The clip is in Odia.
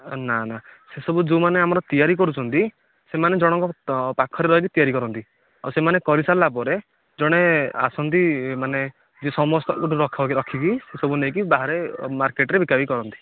ନା ନା ସେ ସବୁ ଯେଉଁ ମାନେ ଆମର ତିଆରି କରୁଛନ୍ତି ସେମାନେ ଜଣକ ପାଖରେ ରହିକି ତିଆରି କରନ୍ତି ଆଉ ସେମାନେ କରି ସାରିଲା ପରେ ଜଣେ ଆସନ୍ତି ମାନେ ଯିଏ ସମସ୍ତଙ୍କ ଠୁ ରଖିକି ସେସବୁ ନେଇକି ବାହାରେ ମାର୍କେଟ ରେ ବିକା ବିକି କରନ୍ତି